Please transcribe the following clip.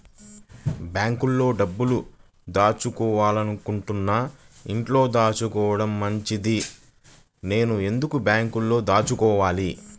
బ్యాంక్లో డబ్బులు దాచుకోవటంకన్నా ఇంట్లో దాచుకోవటం మంచిది నేను ఎందుకు బ్యాంక్లో దాచుకోవాలి?